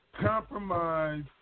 Compromise